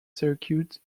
circuit